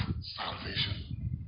salvation